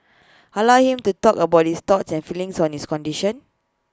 allow him to talk about his thoughts and feelings on his condition